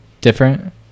Different